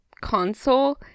console